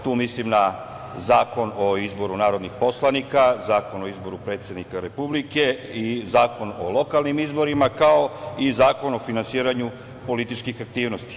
Tu mislim na Zakon o izboru narodnih poslanika, Zakon o izboru predsednika Republike i Zakon o lokalnim izborima, kao i Zakon o finansiranju političkih aktivnosti.